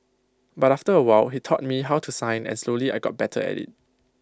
but after A while he taught me how to sign and slowly I got better A